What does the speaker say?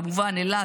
כמובן אילת,